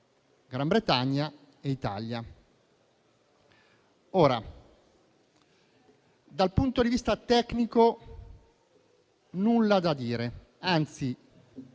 Gran Bretagna e Italia. Dal punto di vista tecnico, non c'è nulla da dire, anzi